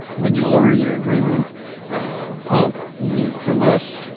when you order your adrenaline pump you from us,